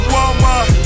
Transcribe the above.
Walmart